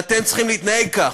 ואתם צריכים להתנהג כך.